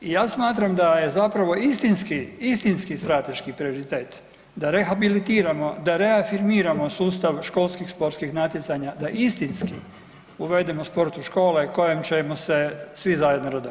I ja smatram da je zapravo istinski, istinski strateški prioritet da rehabilitiramo, da reafirmiramo sustav školskih sportskih natjecanja, da istinski uvedemo sport u škole kojem ćemo se svi zajedno radovati.